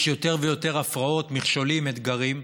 יש יותר ויותר הפרעות, מכשולים, אתגרים,